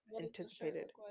anticipated